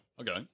Okay